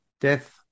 death